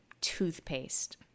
toothpaste